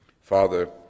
Father